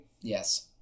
Yes